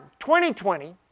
2020